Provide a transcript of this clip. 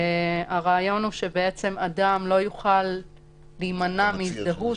הרעיון הוא שאדם לא יוכל להימנע מהזדהות.